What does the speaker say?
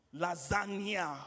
lasagna